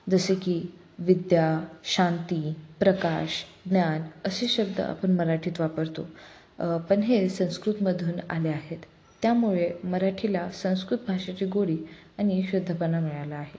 जसे की विद्या शांती प्रकाश ज्ञान असे शब्द आपण मराठीत वापरतो पण हे संस्कृतमधून आले आहेत त्यामुळे मराठीला संस्कृत भाषेची गोडी आणि शुद्धपणा मिळाला आहे